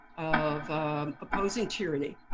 of opposing tyranny.